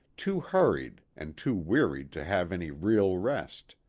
too hur ried and too wearied to have any real rest.